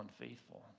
unfaithful